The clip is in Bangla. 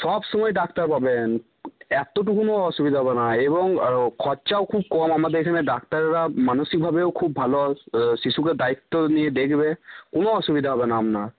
সব সময় ডাক্তার পাবেন এতটুকুনও অসুবিধা হবে না এবং খরচাও খুব কম আমাদের এখানে ডাক্তারেরা মানসিকভাবেও খুব ভালো শিশুকে দায়িত্ব নিয়ে দেখবে কোনো অসুবিধা হবে না আপনার